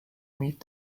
meet